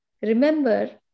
remember